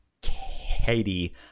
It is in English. katie